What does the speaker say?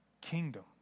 kingdom